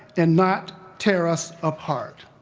and not tear us apart.